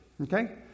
okay